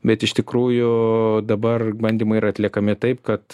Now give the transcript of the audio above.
bet iš tikrųjų dabar bandymai atliekami taip kad